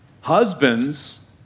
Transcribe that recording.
Husbands